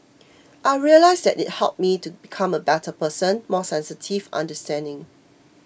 I realised that it helped me to become a better person more sensitive understanding